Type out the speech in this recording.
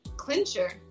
Clincher